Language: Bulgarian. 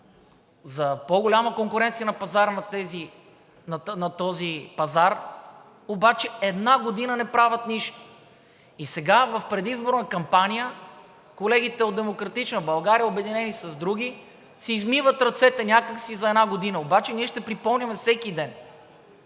за по-голяма конкуренция на този пазар обаче една година не правят нищо. И сега в предизборна кампания колегите от „Демократична България“, обединени с други, си измиват ръцете някак си за една година. Обаче ние ще припомняме всеки ден